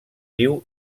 viu